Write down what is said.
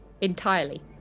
Entirely